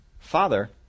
Father